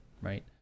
right